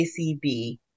ACB